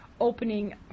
opening